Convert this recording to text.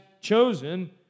chosen